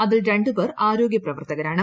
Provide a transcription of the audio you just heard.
അതിൽ രണ്ട് പേർ ആരോഗ്യ പ്രവർത്തകരാണ്